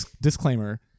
disclaimer